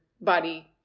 body